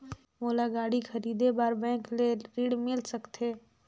मोला गाड़ी खरीदे बार बैंक ले ऋण मिल सकथे?